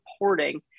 reporting